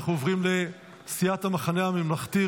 אנחנו עוברים לסיעת המחנה הממלכתי,